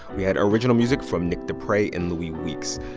we had original music from nick deprey and louis weeks.